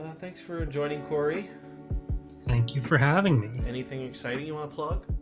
thanks for joining cory thank you for having me anything exciting you wanna plug